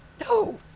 No